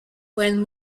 when